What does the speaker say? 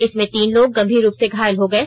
इसमें तीन लोग गंभीर रूप से घायल हो गये